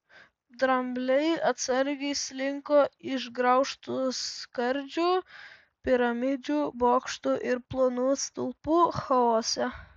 drambliai atsargiai slinko išgraužtų skardžių piramidžių bokštų ir plonų stulpų chaose